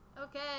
Okay